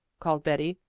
called betty,